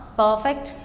perfect